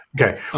Okay